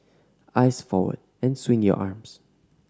eyes forward and swing your arms